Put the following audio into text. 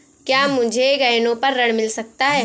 क्या मुझे गहनों पर ऋण मिल सकता है?